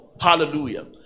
Hallelujah